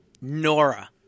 Nora